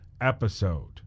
episode